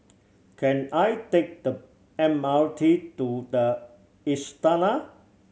can I take the M R T to The Istana